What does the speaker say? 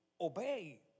obey